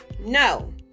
No